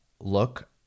look